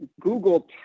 Google